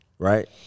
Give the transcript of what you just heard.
Right